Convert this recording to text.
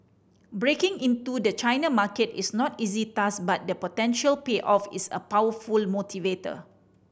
breaking into the China market is no easy task but the potential payoff is a powerful motivator